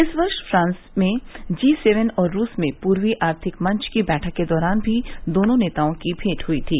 इस वर्ष फ्रान्स में जी सेवेन और रूस में पूर्वी आर्थिक मंच की बैठक के दौरान भी दोनों नेताओं की भेंट हयी थी